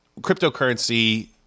cryptocurrency